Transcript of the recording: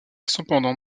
cependant